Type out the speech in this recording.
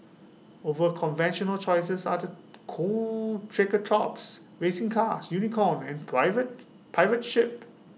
over conventional choices are the cool triceratops racing cars unicorn and private pirate ship